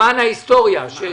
למען ההיסטוריה.